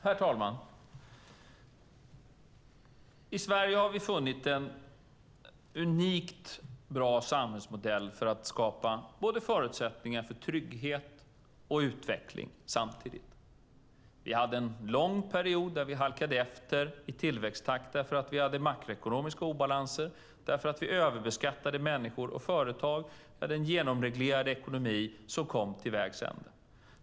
Herr talman! I Sverige har vi funnit en unikt bra samhällsmodell för att skapa förutsättningar för både trygghet och utveckling samtidigt. Vi hade en lång period då vi halkade efter i tillväxttakt därför att vi hade makroekonomiska obalanser, därför att vi överbeskattade människor och företag. Vi hade en genomreglerad ekonomi som kom till vägs ände.